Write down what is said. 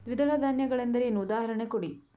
ದ್ವಿದಳ ಧಾನ್ಯ ಗಳೆಂದರೇನು, ಉದಾಹರಣೆ ಕೊಡಿ?